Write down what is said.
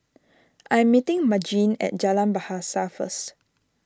I am meeting Margene at Jalan Bahasa first